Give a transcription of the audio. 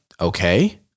okay